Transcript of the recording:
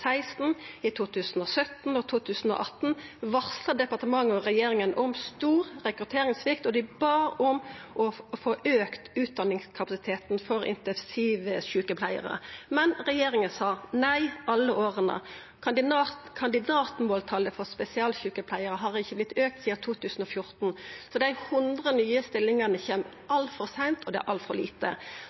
i 2017 og i 2018 varsla departementet og regjeringa om stor rekrutteringssvikt, og dei bad om å få auka utdanningskapasiteten for intensivsjukepleiarar, men regjeringa sa nei alle åra. Kandidatmåltalet for spesialsjukepleiarar har ikkje vorte auka sidan 2014, så dei 100 nye stillingane kjem altfor seint, og det er altfor lite.